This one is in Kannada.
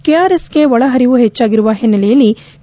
ಕೆಆರ್ಎಸ್ಗೆ ಒಳಹರಿವು ಹೆಚ್ಚಾಗಿರುವ ಹಿನ್ನೆಲೆಯಲ್ಲಿ ಕೆ